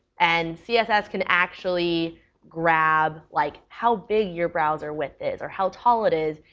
and css can actually grab like how big your browser width is or how tall it is,